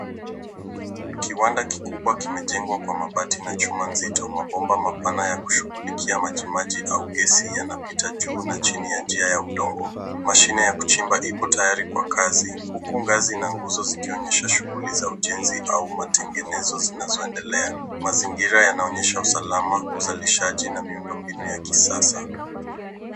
Kiwanda kikubwa kimejengwa kwa mabati na chuma nzito. Mabomba mapana ya kushugulikia majimaji au gesi yanapita juu na chini ya njia ya udongo. Mashine ya kuchimba ipo tayari kwa kazi, huku ngazi na nguzo zikionyesha shughuli za ujenzi au matengenezo zinazoendelea. Mazingira yanaonyesha usalama, uzalishaji na miundo mbinu ya kisasa.